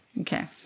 Okay